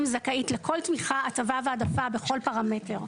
זכאית לכל תמיכה הטבה והעדפה בכל פרמטר,